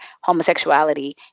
homosexuality